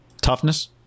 Toughness